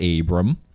Abram